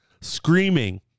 screaming